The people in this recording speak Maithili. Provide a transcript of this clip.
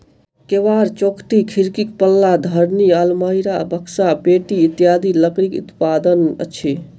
केबाड़, चौखटि, खिड़कीक पल्ला, धरनि, आलमारी, बकसा, पेटी इत्यादि लकड़ीक उत्पाद अछि